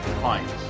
clients